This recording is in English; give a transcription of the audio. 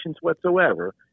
whatsoever